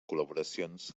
col·laboracions